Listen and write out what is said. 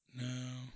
No